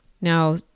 Now